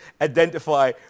identify